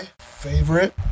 favorite